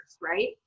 Right